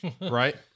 right